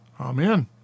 Amen